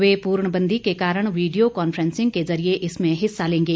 वे पूर्णबंदी के कारण वीडियो कांफ्रेंसिंग के जरिये इसमें हिस्सा लेंगे